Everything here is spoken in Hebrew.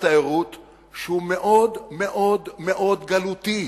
שהוא מאוד מאוד גלותי,